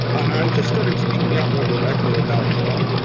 i just started speaking out more directly about trump.